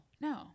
No